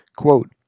Quote